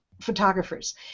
photographers